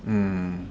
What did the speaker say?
mm